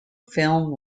film